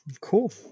Cool